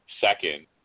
second